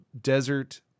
desert